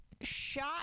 shot